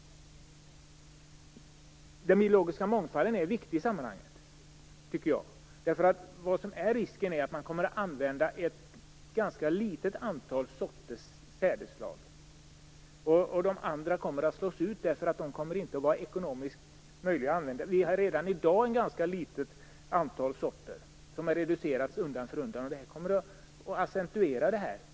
Den biologiska mångfalden är viktig i sammanhanget. Risken är att ett fåtal sädesslag kommer att användas. De andra kommer att slås ut, därför att de inte kommer att vara ekonomiskt användbara. Vi har redan i dag ett fåtal sorter. De har reducerats undan för undan. Det kommer att accentuera det hela.